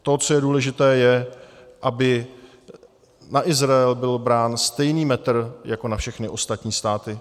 To, co je důležité, je, aby na Izrael byl brán stejný metr jako na všechny ostatní státy.